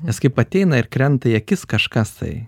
nes kaip ateina ir krenta į akis kažkas tai